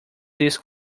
these